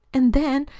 an' then,